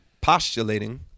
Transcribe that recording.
postulating